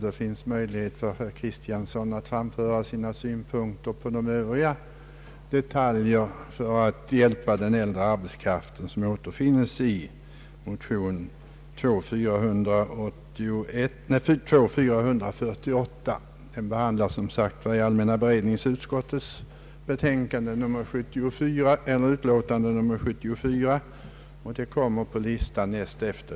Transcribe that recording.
Det finns alltså möjlighet för herr Kristiansson att framföra sina synpunkter beträffande övriga detaljer vid behandlingen av allmänna beredningsutskottets utlåtande nr 74.